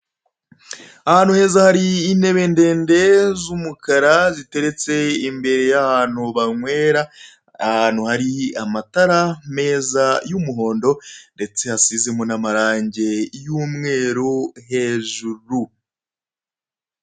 Ahantu heza hari intebe ndende z'umukara ziteretse imbere y'ahantu banywera, ahantu hari amatara meza y'umuhondo, ndetse hasize n'amabara y'umweru hejuru.